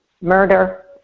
murder